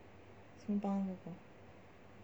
什么帮他作工